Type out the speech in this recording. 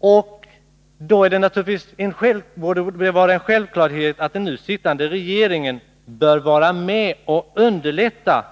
Då borde det vara en självklarhet för den nu sittande regeringen att vara med och underlätta